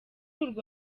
urwo